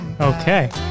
okay